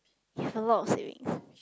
you have a lot of savings